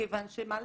מכיוון שמה לעשות,